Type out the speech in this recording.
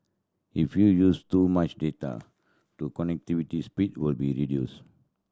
if you use too much data your connectivity speed will be reduced